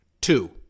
Two